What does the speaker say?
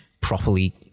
properly